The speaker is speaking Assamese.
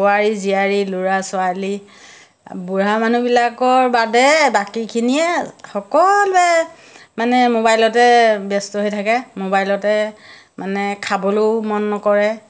বোৱাৰী জীয়াৰী ল'ৰা ছোৱালী বুঢ়া মানুহবিলাকৰ বাদে বাকীখিনিয়ে সকলোৱে মানে মোবাইলতে ব্যস্ত হৈ থাকে মোবাইলতে মানে খাবলৈও মন নকৰে